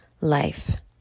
life